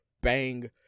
bang